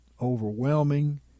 overwhelming